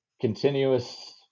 continuous